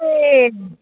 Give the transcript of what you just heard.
ए